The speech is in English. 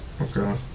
Okay